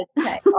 Okay